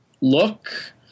look